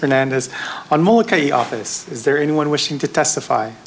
fernandez on military office is there anyone wishing to testify